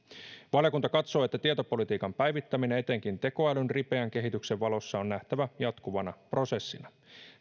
valiokunta katsoo että tietopolitiikan päivittäminen etenkin tekoälyn ripeän kehityksen valossa on nähtävä jatkuvana prosessina